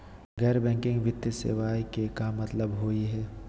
गैर बैंकिंग वित्तीय सेवाएं के का मतलब होई हे?